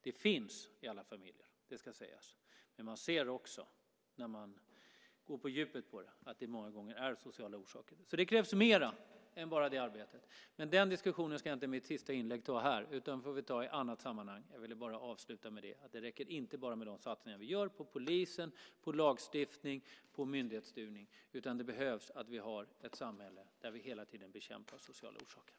Det finns i alla familjer - det ska sägas - men när man går på djupet med det ser man också att det många gånger ligger sociala orsaker bakom. Det krävs mer än bara det arbetet, men den diskussionen kan jag inte ta här i mitt sista inlägg. Den får vi ta i ett annat sammanhang. Jag ville bara avsluta med att det inte räcker med de satsningar vi gör på polisen, lagstiftning och myndighetsstyrning, utan det behövs att vi har ett samhälle där vi hela tiden bekämpar de sociala orsakerna.